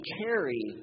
carry